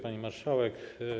Pani Marszałek!